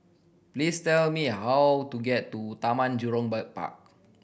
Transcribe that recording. please tell me how to get to Taman Jurong Park